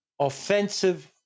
offensive